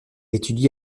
étudie